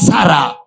Sarah